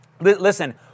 Listen